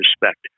respect